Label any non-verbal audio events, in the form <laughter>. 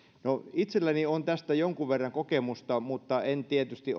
itselläni on tästä jonkun verran kokemusta mutta en tietysti <unintelligible>